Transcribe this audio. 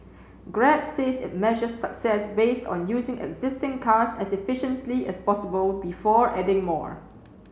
grab says it measures success based on using existing cars as efficiently as possible before adding more